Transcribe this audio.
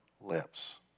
lips